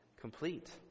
complete